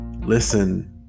listen